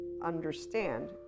understand